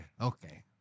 Okay